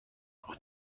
ach